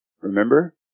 Remember